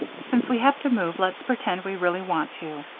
since we have to move let's pretend we really want to.